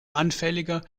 anfälliger